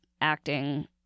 acting